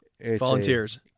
volunteers